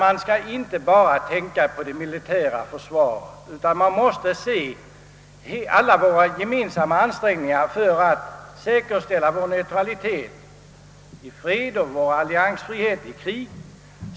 Man skall inte bara tänka på det militära försvaret utan man måste inrikta alla ansträngningar på att säkerställa vår neutralitet i fred och vår alliansfrihet i krig.